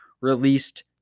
released